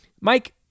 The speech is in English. Mike